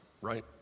right